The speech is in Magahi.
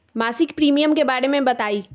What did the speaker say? मासिक प्रीमियम के बारे मे बताई?